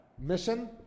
Mission